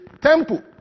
temple